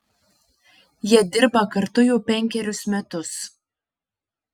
jie dirba kartu jau penkerius metus